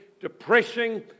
depressing